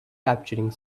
capturing